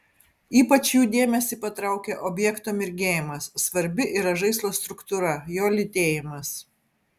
ypač jų dėmesį patraukia objekto mirgėjimas svarbi yra žaislo struktūra jo lytėjimas